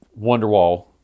Wonderwall